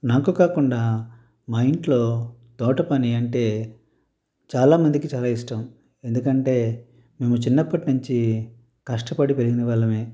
నాకు కాకుండా మా ఇంట్లో తోట పని అంటే చాలా మందికి చాలా ఇష్టం ఎందుకంటే మేము చిన్నప్పటి నుంచి కష్టపడి పెరిగిన వాళ్ళమే